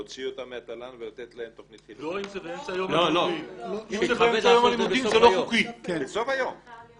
לא יכול להיות חוב על תשלומי הורים.